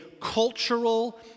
cultural